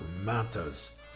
matters